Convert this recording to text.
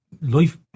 life